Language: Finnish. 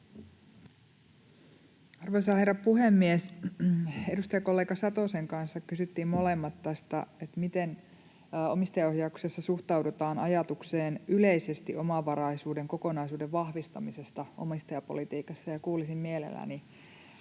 Arvoisa herra puhemies! Edustajakollega Satosen kanssa kysyttiin molemmat tästä, miten omistajaohjauksessa suhtaudutaan ajatukseen yleisesti omavaraisuuden kokonaisuuden vahvistamisesta omistajapolitiikassa, ja kuulisin mielelläni